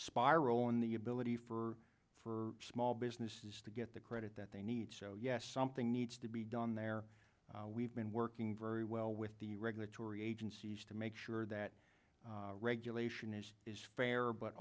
spiral in the ability for for small businesses to get the credit that they need so yes something needs to be done there we've been working very well with the regulatory agencies to make sure that regulation is is fair but